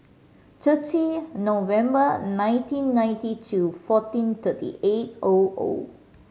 thirty November nineteen ninety two fourteen thirty eight O O